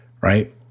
Right